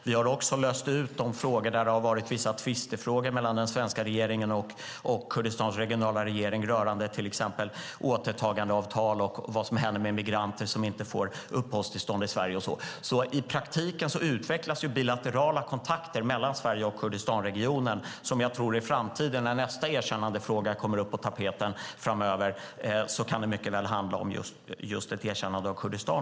Vi har också löst ut de frågor där det har varit vissa tvister mellan den svenska regeringen och Kurdistans regionala regering, rörande till exempel återtagandeavtal och vad som händer med emigranter som inte får uppehållstillstånd i Sverige. I praktiken utvecklas bilaterala kontakter mellan Sverige och Kurdistanregionen som jag tror är framtiden. När nästa erkännandefråga kommer upp på tapeten framöver kan det mycket väl handla om just ett erkännande av Kurdistan.